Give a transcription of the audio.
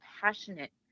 passionate